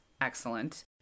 excellent